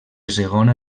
segona